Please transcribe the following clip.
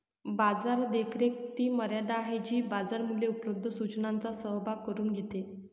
बाजार देखरेख ती मर्यादा आहे जी बाजार मूल्ये उपलब्ध सूचनांचा सहभाग करून घेते